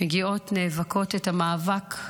מגיעות, נאבקות את המאבק,